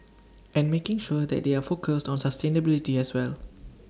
and making sure that they are focused on sustainability as well